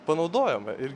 panaudojama ir